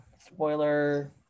spoiler